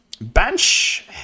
Bench